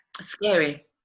scary